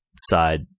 side